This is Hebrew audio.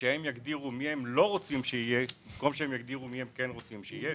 אם הם יגדירו מי הם לא רוצים שיהיה במקום להגדיר מי הם כן רוצים שיהיה,